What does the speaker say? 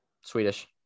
Swedish